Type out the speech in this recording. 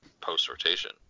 post-rotation